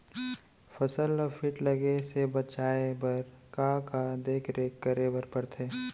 फसल ला किट लगे से बचाए बर, का का देखरेख करे बर परथे?